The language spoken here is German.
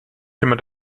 jemand